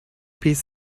piece